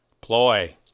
ploy